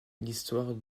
l’histoire